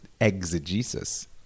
exegesis